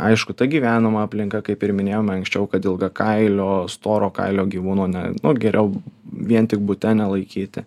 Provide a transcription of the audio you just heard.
aišku ta gyvenama aplinka kaip ir minėjome anksčiau kad ilga kailio storo kailio gyvūno ne nu geriau vien tik bute nelaikyti